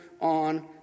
on